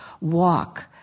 walk